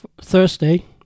Thursday